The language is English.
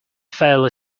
fairly